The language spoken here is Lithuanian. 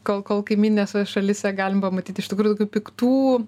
kol kol kaimyninėse šalyse galim pamatyti iš tikrųjų piktų